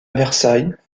versailles